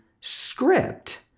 script